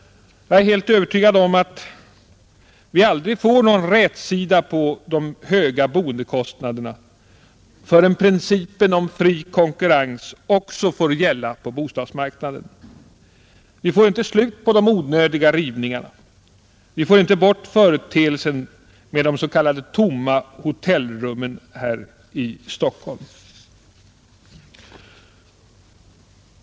Jag är helt övertygad om att vi aldrig får någon rätsida på de höga boendekostnaderna förrän principen om fri konkurrens får gälla också på bostadsmarknaden. Vi får inte slut på de onödiga rivningarna, vi får inte bort företeelsen med de s.k. tomma hotellrummen här i Stockholm.